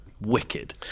wicked